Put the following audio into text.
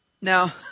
Now